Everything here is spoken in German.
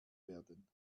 werden